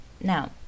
now